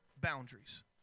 boundaries